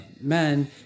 men